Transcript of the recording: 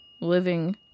living